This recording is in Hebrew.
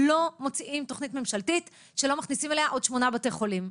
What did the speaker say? לא מוציאים תוכנית ממשלתית שלא מכניסים אליה עוד שמונה בתי חולים.